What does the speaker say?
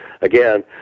Again